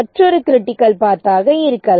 மற்றொரு critical path ஆக இருக்கலாம்